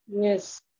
Yes